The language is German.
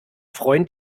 freund